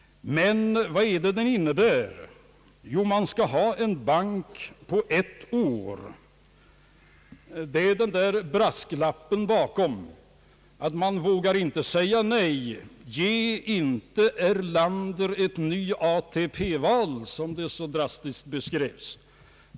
Men vad är det den innebär? Jo, man skall ha en bank på ett år. Det är den där brasklappen bakom. Man vågar inte säga nej. Ge inte Erlander ett nytt ATP-val, som det så drastiskt skrevs.